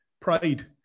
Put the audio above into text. pride